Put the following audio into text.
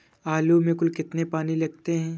आलू में कुल कितने पानी लगते हैं?